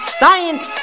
science